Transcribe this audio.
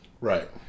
Right